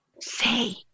Say